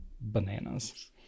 bananas